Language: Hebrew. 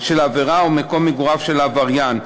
של העבירה או מקום מגוריו של העבריין,